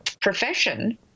profession